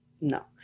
No